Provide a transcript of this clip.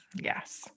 yes